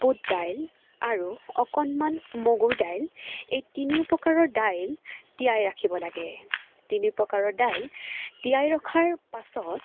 বুট দাইল আৰু অকণমান মগুৰ দাইল এই তিনিও প্ৰকাৰৰ দাইল তিয়াই ৰাখিব লাগে তিনি প্ৰকাৰৰ দাইল তিয়াই ৰখাৰ পাছত